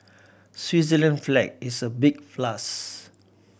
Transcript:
Switzerland flag is a big plus